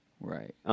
right